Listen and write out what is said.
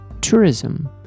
tourism